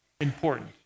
important